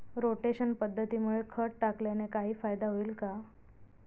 Rotation पद्धतीमुळे खत टाकल्याने काही फायदा होईल का?